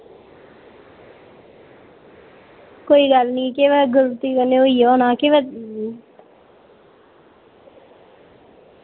कोई गल्ल नि केह् पता गलती कन्नै होई गेआ होना केह् पता